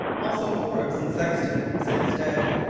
also forbes and sexton, since dead.